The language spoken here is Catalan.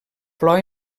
flor